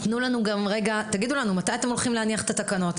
תגידו לנו גם מתי אתם הולכים להניח את התקנות.